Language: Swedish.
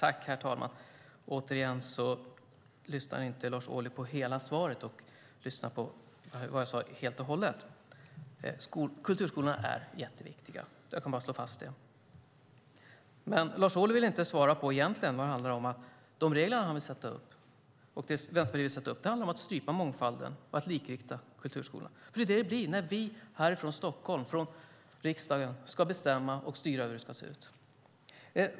Herr talman! Återigen lyssnar inte Lars Ohly på hela svaret och vad jag sade helt och hållet. Kulturskolorna är jätteviktiga. Jag kan bara slå fast det. Men Lars Ohly vill inte svara på vad det egentligen handlar om. De regler han och Vänsterpartiet vill sätta upp handlar om att strypa mångfalden och att likrikta kulturskolan. Det är vad det blir när vi här från Stockholm och riksdagen ska bestämma och styra över hur det ska se ut.